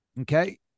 Okay